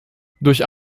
durch